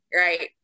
right